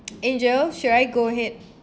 angel should I go ahead